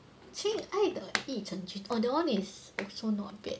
亲爱的义祁君 oh that one is also not bad